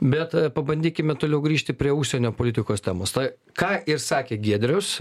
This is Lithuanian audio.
bet pabandykime toliau grįžti prie užsienio politikos temos tai ką ir sakė giedrius